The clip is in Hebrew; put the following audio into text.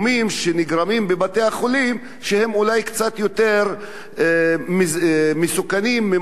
שנגרמים בבתי-החולים שהם אולי קצת יותר מסוכנים ממה